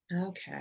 Okay